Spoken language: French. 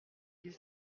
qu’il